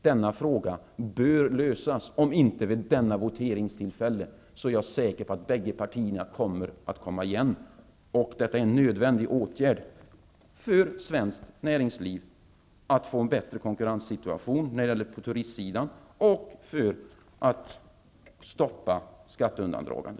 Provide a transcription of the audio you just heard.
Denna fråga bör lösas. Om det inte sker vid detta voteringstillfälle är jag säker på att båda partierna kommer igen. Detta är en nödvändig åtgärd för att svenskt näringsliv skall få en bättre konkurrenssituation på turistsidan och för att stoppa skatteundandragande.